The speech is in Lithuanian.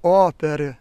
o per